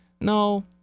no